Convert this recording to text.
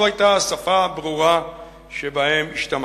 זו היתה השפה הברורה שבה השתמשנו.